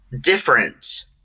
different